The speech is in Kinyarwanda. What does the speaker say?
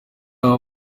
aba